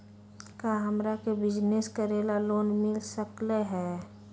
का हमरा के बिजनेस करेला लोन मिल सकलई ह?